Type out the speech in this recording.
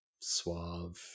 suave